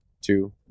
Two